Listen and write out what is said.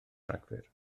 rhagfyr